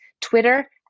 Twitter